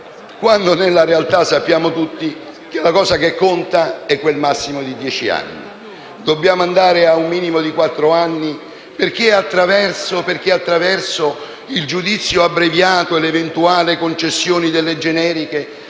quando nella realtà sappiamo tutti che la cosa che conta è il massimo di dieci anni. Dobbiamo passare ad un minimo di quattro anni perché, attraverso il giudizio abbreviato e l'eventuale concessione delle generiche,